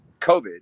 COVID